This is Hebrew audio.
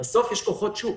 בסוף יש כוחות שוק,